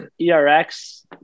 erx